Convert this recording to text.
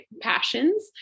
passions